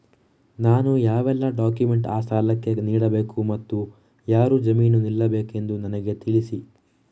ನಾನು ಯಾವೆಲ್ಲ ಡಾಕ್ಯುಮೆಂಟ್ ಆ ಸಾಲಕ್ಕೆ ನೀಡಬೇಕು ಮತ್ತು ಯಾರು ಜಾಮೀನು ನಿಲ್ಲಬೇಕೆಂದು ನನಗೆ ತಿಳಿಸಿ?